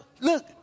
look